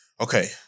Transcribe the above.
okay